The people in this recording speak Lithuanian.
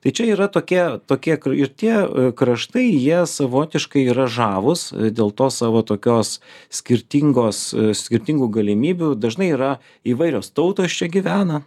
tai čia yra tokie tokie ir tie kraštai jie savotiškai yra žavūs dėl to savo tokios skirtingos skirtingų galimybių dažnai yra įvairios tautos čia gyvena